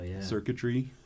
circuitry